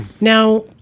now